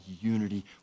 unity